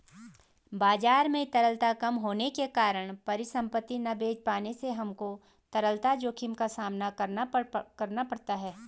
बाजार में तरलता कम होने के कारण परिसंपत्ति ना बेच पाने से हमको तरलता जोखिम का सामना करना पड़ता है